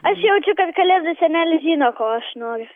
aš jaučiu kad kalėdų senelis žino ko aš noriu